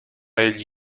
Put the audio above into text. egli